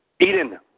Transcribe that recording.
Eden